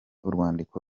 urwandiko